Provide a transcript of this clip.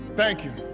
thank you.